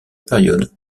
période